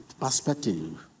perspective